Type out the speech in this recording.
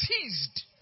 teased